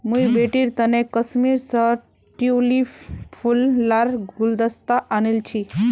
मुई बेटीर तने कश्मीर स ट्यूलि फूल लार गुलदस्ता आनील छि